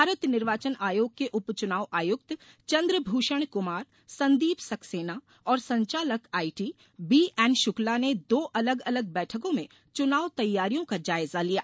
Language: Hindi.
भारत निर्वाचन आयोग के उपचुनाव आयुक्त चन्द्रभूषण कुमार संदीप सक्सेना और संचालक आईटी बीएन शुक्ला ने दो अलग अलग बैठकों में चुनाव तैयारियों का जायजा लिया